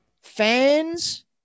fans